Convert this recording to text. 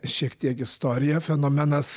šiek tiek istoriją fenomenas